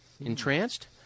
Entranced